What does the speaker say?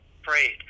afraid